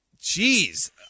jeez